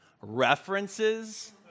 references